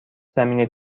زمین